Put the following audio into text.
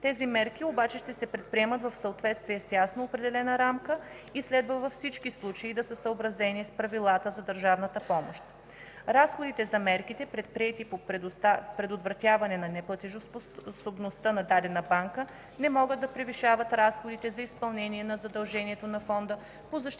Тези мерки обаче ще се предприемат в съответствие с ясно определена рамка и следва във всички случаи да са съобразени с правилата за държавната помощ. Разходите за мерките, предприети за предотвратяване на неплатежоспособността на дадена банка, не могат да превишават разходите за изпълнение на задължението на Фонда по защита на